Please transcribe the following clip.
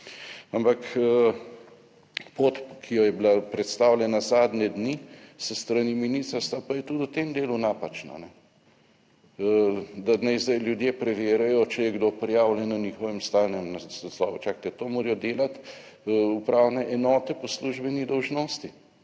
Ampak, pot, ki jo je bila predstavljena zadnje dni s strani ministrstva, pa je tudi v tem delu napačna. Da naj zdaj ljudje preverijo, če je kdo prijavljen na njihovem stalnem naslovu. Čakajte, to morajo delati upravne enote po službeni dolžnosti